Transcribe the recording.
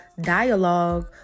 dialogue